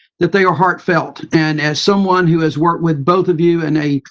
that they are heartfelt. and as someone who has worked with both of you in a